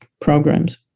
programs